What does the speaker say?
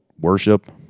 worship